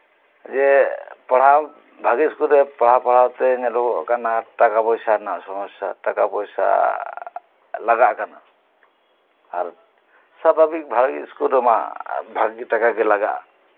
ᱡᱮ ᱧᱮᱞᱱᱟ ᱵᱷᱟᱜᱮ ᱥᱠᱩᱞ ᱨᱮ ᱯᱟᱲᱦᱟᱣ ᱯᱟᱲᱦᱟᱣᱛᱮ ᱧᱮᱞᱚᱜᱚᱜ ᱠᱟᱱᱟ ᱴᱟᱠᱟ ᱯᱚᱭᱥᱟ ᱨᱮᱱᱟᱜ ᱥᱚᱢᱚᱥᱥᱟ ᱴᱟᱠᱟ ᱯᱚᱭᱥᱟ ᱞᱟᱜᱟᱜ ᱠᱟᱱᱟ ᱟᱨ ᱥᱟᱵᱷᱟᱵᱤᱠ ᱵᱷᱟᱜᱮ ᱥᱠᱩᱞ ᱨᱮᱢᱟ ᱵᱷᱟᱜᱮ ᱴᱟᱠᱟᱜᱮ ᱞᱟᱜᱟᱜᱼᱟ